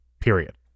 Period